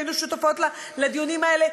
היינו שותפות לדיונים האלה,